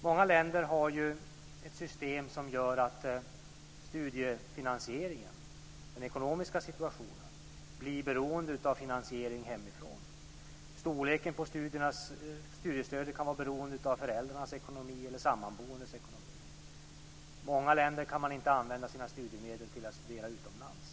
Många länder har ett system som gör att studiefinansieringen och den ekonomiska situationen blir beroende av finansiering hemifrån. Storleken på studiestödet kan vara beroende av föräldrars eller sammanboendes ekonomi. I många länder kan man inte använda sina studiemedel till att studera utomlands.